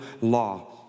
law